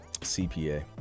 CPA